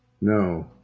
No